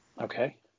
okay